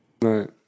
Right